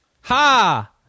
Ha